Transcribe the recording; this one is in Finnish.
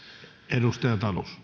arvoisa